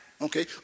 okay